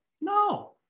No